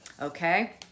Okay